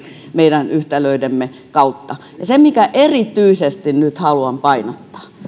meidän yhtälöidemme kautta jopa vähemmän kuin hallitus ja erityisesti nyt haluan painottaa sitä